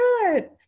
good